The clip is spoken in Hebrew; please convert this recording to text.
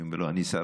אני אומר לו: אני שר